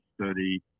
study